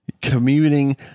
commuting